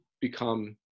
become